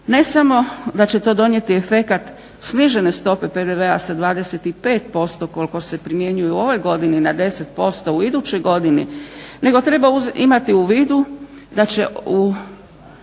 Ne samo da će to donijeti efekat snižene stope PDV-a sa 25% koliko se primjenjuju u ovoj godini na 10% u idućoj godini, nego treba imati u vidu da u